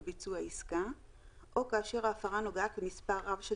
בביצוע עסקה או כאשר ההפרה נוגעת למספר רב של